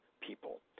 people